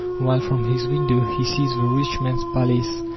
while from his window he sees the rich man's palace.